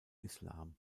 islam